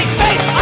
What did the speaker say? face